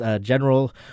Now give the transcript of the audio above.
General